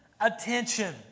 attention